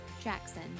Jackson